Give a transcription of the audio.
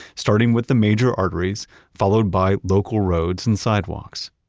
starting with the major arteries followed by local roads and sidewalks.